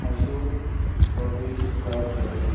Ashok Babesh Gaonkar